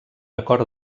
acord